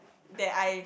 that I